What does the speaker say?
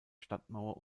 stadtmauer